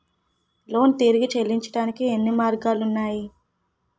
Loan తిరిగి చెల్లించటానికి ఎన్ని మార్గాలు ఉన్నాయి?